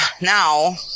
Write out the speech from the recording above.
Now